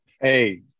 Hey